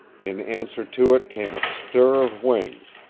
in answer to it came a stir of wings,